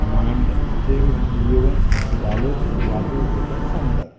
मांड चेर येवन धालोंत वांटो घेवपाक सांगतात